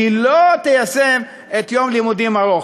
לא תיישם את חוק יום לימודים ארוך.